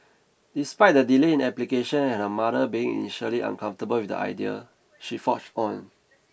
despite the delay in application and her mother being initially uncomfortable with the idea she forged on